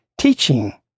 teaching